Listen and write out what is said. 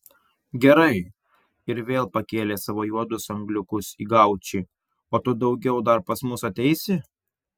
gerai ir vėl pakėlė savo juodus angliukus į gaučį o tu daugiau dar pas mus ateisi